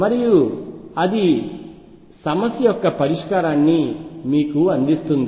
మరియు అది సమస్య యొక్క పరిష్కారాన్ని మీకు అందిస్తుంది